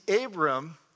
Abram